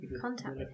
contact